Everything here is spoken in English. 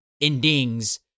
endings